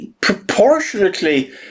proportionately